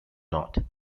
not